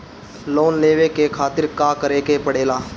Loan लेवे के खातिर का करे के पड़ेला?